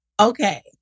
Okay